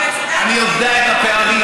אני יודע את הפערים,